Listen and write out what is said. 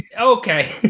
Okay